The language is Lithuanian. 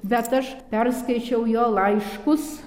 bet aš perskaičiau jo laiškus